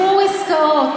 אל תאלצו אותי להוציא אתכם.